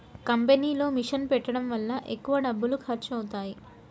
కంపెనీలో మిషన్ పెట్టడం వల్ల ఎక్కువ డబ్బులు ఖర్చు అవుతాయి